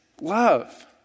love